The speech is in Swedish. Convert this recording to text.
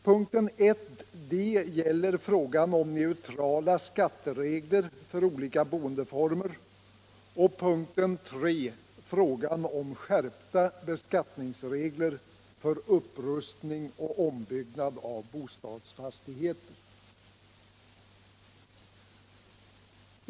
Punkten 1 d gäller frågan om neutrala skatteregler för olika boendeformer och punkten 3 frågan om skärpta beskattningsregler för upprustning och ombyggnad av bostadsfastigheter.